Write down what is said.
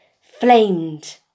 Flamed